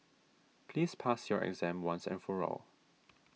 please pass your exam once and for all